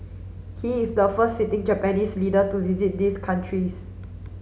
he is the first sitting Japanese leader to visit these countries